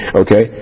okay